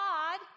God